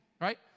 right